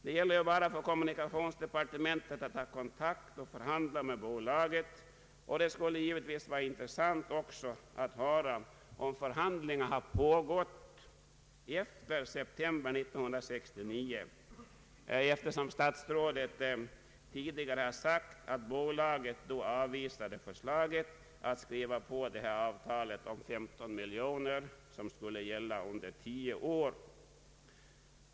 Det gäller bara för kommunikationsdepartementet att ha kontakt och förhandla med bolaget. Det skulle givetvis vara intressant att få höra om Ang. regionalpolitiken förhandlingar har pågått med bolaget efter september 1969, eftersom statsrådet tidigare har sagt att bolaget avvisade förslaget att skriva på det här avtalet om 15 miljoner kronor under tio år.